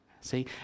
see